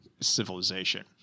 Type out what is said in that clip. civilization